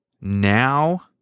now